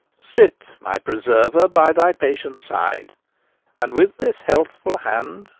sit, my preserver, by thy patient's side and with this healthful hand,